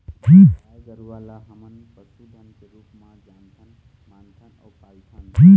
गाय गरूवा ल हमन पशु धन के रुप जानथन, मानथन अउ पालथन